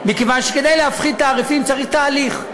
מכיוון שכדי להפחית תעריפים צריך תהליך.